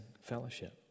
fellowship